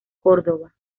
córdoba